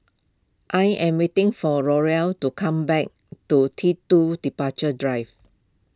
I am waiting for to come back two T two Departure Drive